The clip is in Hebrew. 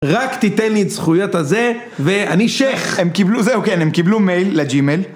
רק תיתן לי את זכויות הזה ואני שייח, הם קיבלו זה, או כן, הם קיבלו מייל לג'ימל.